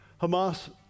Hamas